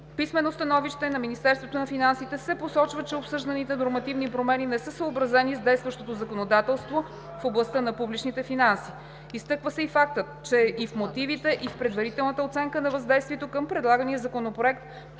писменото становище на Министерството на финансите се посочва, че обсъжданите нормативни промени не са съобразени с действащото законодателство в областта на публичните финанси. Изтъква се и фактът, че и в мотивите, и в предварителната оценка на въздействието към предлагания законопроект